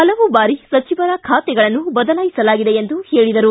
ಹಲವು ಬಾರಿ ಸಚಿವರ ಖಾತೆಗಳನ್ನು ಬದಲಾಯಿಸಲಾಗಿದೆ ಎಂದು ಹೇಳಿದರು